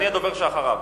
אני הדובר שאחריו.